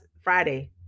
Friday